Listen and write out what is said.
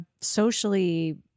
socially